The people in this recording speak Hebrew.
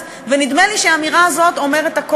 בעצם לא פרוטוקולים,